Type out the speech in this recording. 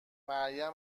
اگه